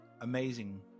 amazing